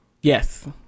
Yes